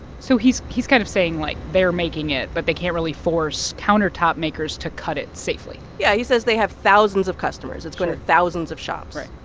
so he's he's kind of saying, like, they're making it, but they can't really force countertop makers to cut it safely yeah. he says they have thousands of customers sure it's going to thousands of shops right.